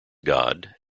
god